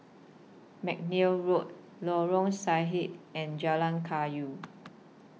Mcnair Road Lorong Sahad and Jalan Kayu